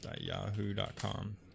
Yahoo.com